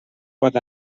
pot